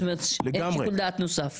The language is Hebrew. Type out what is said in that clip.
זאת אומרת, שיקול דעת נוסף.